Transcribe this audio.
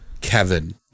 Kevin